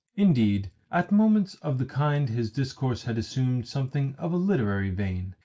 indeed, at moments of the kind his discourse had assumed something of a literary vein,